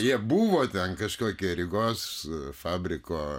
jie buvo ten kažkokie rygos fabriko